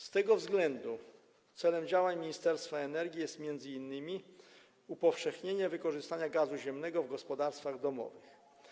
Z tego względu celem działań Ministerstwa Energii jest m.in. upowszechnienie wykorzystania gazu ziemnego w gospodarstwach domowych.